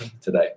today